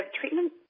treatment